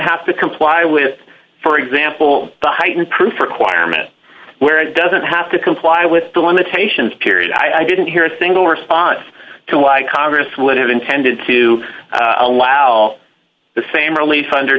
have to comply with for example the heighten proof requirement where it doesn't have to comply with the limitations period i didn't hear a single response to why congress would have intended to allow the same relief under